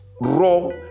raw